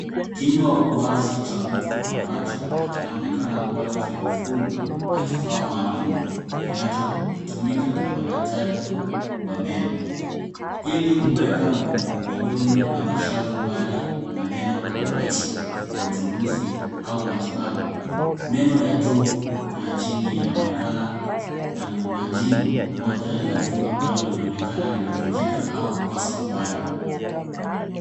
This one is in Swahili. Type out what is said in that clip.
Kinywa wazi cha mtu ambacho kinaonekana kuwa kimefungwa na kifaa maalum kinachotumika na madaktari wa meno ili kuweka midomo na mashavu mbali na meno kwa urahisi wa uchunguzi au matibabu. Meno ya juu na ya chini yanaonekana na kuna jino moja la juu ambalo linaonekana limevunjika au kukosa kipande.